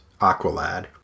Aqualad